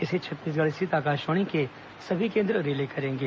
इसे छत्तीसगढ़ स्थित आकाशवाणी के सभी केंद्र रिले करेंगे